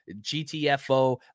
gtfo